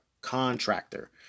contractor